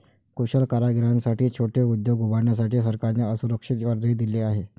कुशल कारागिरांसाठी छोटे उद्योग उभारण्यासाठी सरकारने असुरक्षित कर्जही दिले आहे